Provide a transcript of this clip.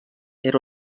era